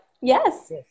Yes